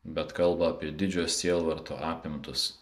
bet kalba apie didžio sielvarto apimtus